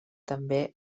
també